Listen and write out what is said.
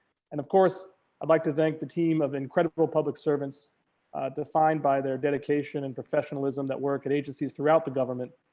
and of course i'd like to thank the team of incredible public servants defined by their dedication and professionalism that work at agencies throughout the government,